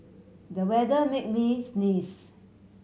the weather made me sneeze